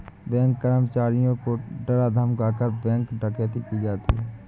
bank कर्मचारियों को डरा धमकाकर, बैंक डकैती की जाती है